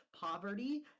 poverty